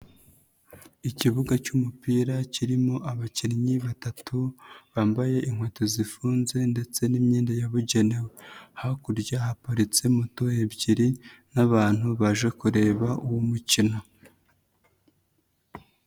Ikibuga cy'umupira kirimo abakinnyi batatu, bambaye inkweto zifunze ndetse n'imyenda yabugenewe. Hakurya haparitse moto ebyiri n'abantu baje kureba uwo mukino.